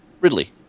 Ridley